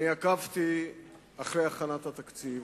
אני עקבתי אחרי הכנת התקציב